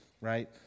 right